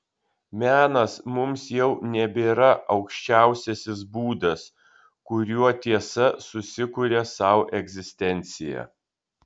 menas mums jau nebėra aukščiausiasis būdas kuriuo tiesa susikuria sau egzistenciją